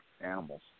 animals